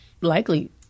likely